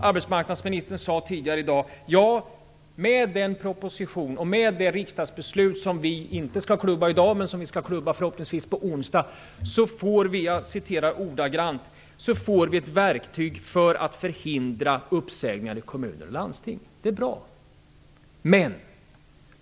Arbetsmarknadsministern sade tidigare i dag, att med den proposition och med det riksdagsbeslut som förhoppningsvis skall klubbas på onsdag får vi "ett verktyg för att förhindra uppsägningar i kommuner och landsting". Det är bra.